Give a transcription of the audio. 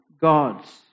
gods